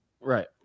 Right